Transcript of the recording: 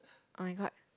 oh-my-god